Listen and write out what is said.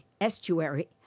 estuary